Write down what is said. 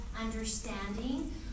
understanding